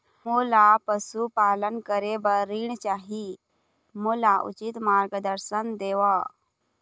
मोला पशुपालन करे बर ऋण चाही, मोला उचित मार्गदर्शन देव?